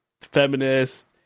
feminist